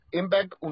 impact